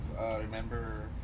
Remember